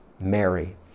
Mary